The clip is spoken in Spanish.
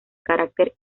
carácter